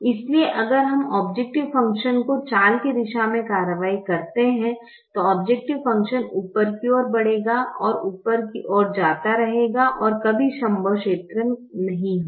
इसलिए अगर हम औब्जैकटिव फ़ंक्शन को चाल की दिशा में कार्यवाही करते हैं तो औब्जैकटिव फ़ंक्शन ऊपर की ओर बढ़ेगा और ऊपर की ओर जाता रहेगा और कभी संभव क्षेत्र नहीं होगा